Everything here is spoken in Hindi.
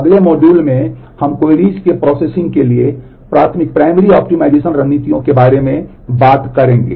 अगले मॉड्यूल में हम क्वेरीज रणनीतियों के बारे में बात करेंगे